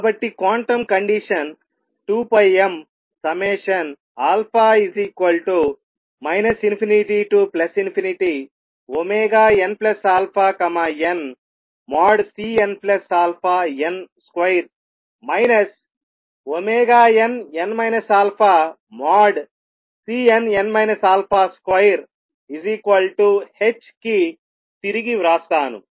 కాబట్టి quantum condition 2πmα ∞nαn|Cnαn |2 nn α|Cnn α |2h కి తిరిగి వ్రాస్తాను